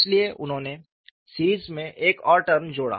इसलिए उन्होंने सीरीज में एक और टर्म जोड़ा